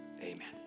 Amen